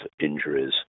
injuries